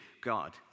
God